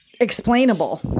explainable